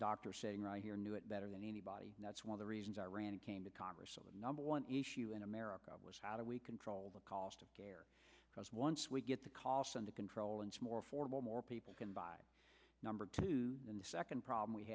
doctor saying right here knew it better than anybody that's one of the reasons i ran came to congress and the number one issue in america was how do we control the cost of care because once we get the costs under control and more formal more people can buy number two in the second problem we